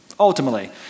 Ultimately